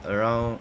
around